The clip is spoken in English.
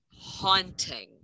haunting